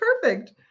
Perfect